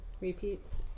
repeats